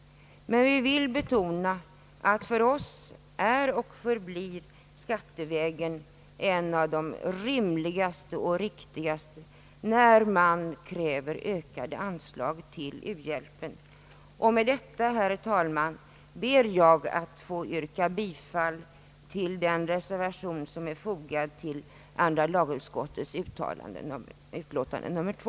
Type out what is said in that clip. Men vi vill betona att för oss är och förblir skattevägen den rimligaste och riktigaste när man kräver ökade anslag till u-hjälpen. Med detta, herr talman, ber jag att få yrka bifall till den reservation som är fogad till andra lagutskottets utlåtande nr 2.